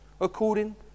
according